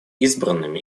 избранными